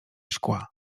szkła